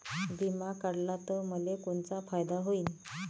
बिमा काढला त मले कोनचा फायदा होईन?